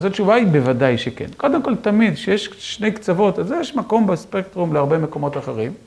אז התשובה היא בוודאי שכן. קודם כל תמיד שיש שני קצוות, אז יש מקום בספקטרום להרבה מקומות אחרים.